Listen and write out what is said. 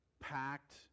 packed